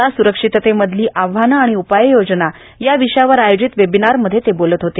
रस्ता सुरक्षिततेमधली आव्हाने आणि उपाययोजना या विषयावर आयोजित वेबिनारमध्ये ते बोलत होते